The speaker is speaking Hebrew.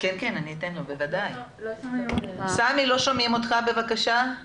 אני יודעת שעכשיו הם עשו איזו שהיא